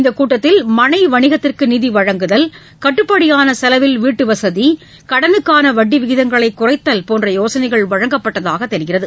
இந்த கூட்டத்தில் மனை வணிகத்திற்கு நிதி வழங்குதல் கட்டுப்படியான செலவில் வீட்டு வசதி கடனுக்கான வட்டி விகிதங்களை குறைத்தல் போன்ற யோசனைகள் வழங்கப்பட்டதாக தெரிகிறது